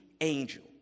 angel